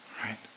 right